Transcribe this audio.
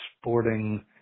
sporting –